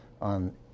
on